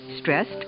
Stressed